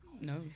No